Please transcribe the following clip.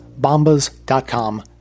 Bombas.com